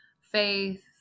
Faith